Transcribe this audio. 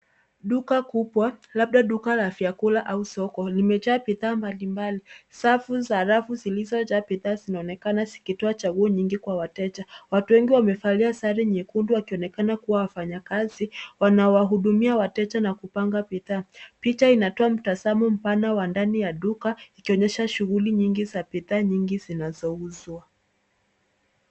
Duka kubwa labda duka la vyakula au soko limejaa bidhaa mbalimbali. Safu za rafu zilizojaa bidhaa zinaonekana zikitoa chaguo nyingi kwa wateja. Watu wengi wamevalia sare nyekundu wakionekana kuwa wafanyakazi wanawahudumia wateja na kupanga bidhaa. Picha inatoa mtazamo mpana wa ndani ya duka, ikionyesha shughuli nyingi za bidhaa nyingi zinazouzwa.